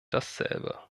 dasselbe